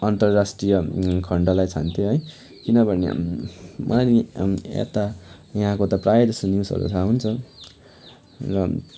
अन्तराष्ट्रीय खन्डलाई छान्थेँ है किनभने मलाई यता यहाँको त प्रायः जस्तो न्युजहरू थाहा हुन्छ र